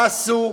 מה עשו,